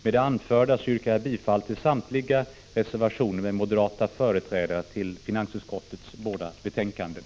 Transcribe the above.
Med det anförda yrkar jag bifall till samtliga av moderata företrädare undertecknade reservationer till finansutskottets båda betänkanden.